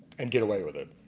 and get away with it.